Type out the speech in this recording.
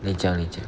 你讲你讲